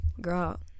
girl